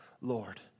Lord